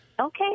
Okay